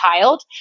child